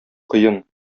кыен